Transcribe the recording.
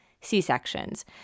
C-sections